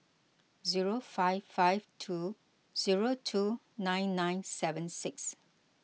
zero five five two zero two nine nine seven six